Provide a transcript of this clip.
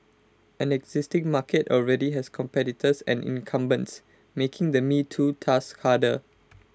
an existing market already has competitors and incumbents making the me too task harder